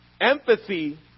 Empathy